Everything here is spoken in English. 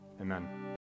Amen